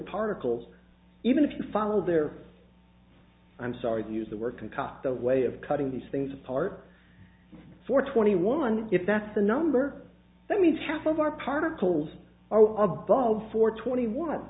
particles even if you follow their i'm sorry to use the word concoct a way of cutting these things apart for twenty one if that's the number that means half of our particles are of bulbs for twenty one